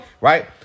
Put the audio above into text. Right